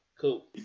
Cool